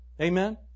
Amen